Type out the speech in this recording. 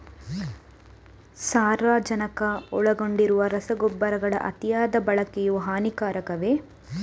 ಸಾರಜನಕ ಒಳಗೊಂಡಿರುವ ರಸಗೊಬ್ಬರಗಳ ಅತಿಯಾದ ಬಳಕೆಯು ಹಾನಿಕಾರಕವೇ?